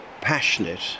passionate